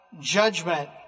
judgment